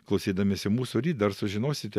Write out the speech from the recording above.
klausydamiesi mūsų ryt dar sužinosite